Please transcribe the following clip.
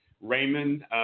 Raymond